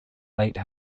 late